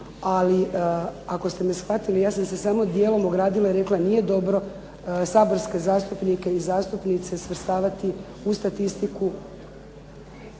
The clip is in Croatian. ali ako ste me shvatili ja sam se samo djelom ogradila i rekla nije dobro saborske zastupnike i zastupnice svrstavati u statistiku.